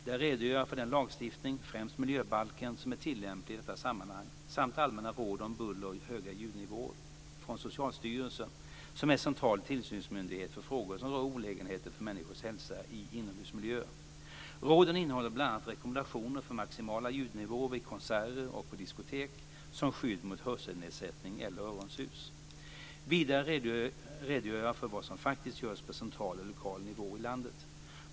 Där redogör jag för den lagstiftning, främst miljöbalken, som är tillämplig i detta sammanhang samt allmänna råd om buller och höga ljudnivåer från Socialstyrelsen, som är central tillsynsmyndighet för frågor som rör olägenheten för människors hälsa i inomhusmiljöer. Råden innehåller bl.a. rekommendationer för maximala ljudnivåer vid konserter och på diskotek som skydd mot hörselnedsättning eller öronsus. Vidare redogör jag för vad som faktiskt görs på central och lokal nivå i landet.